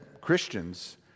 Christians